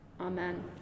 Amen